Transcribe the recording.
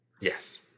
Yes